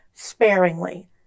sparingly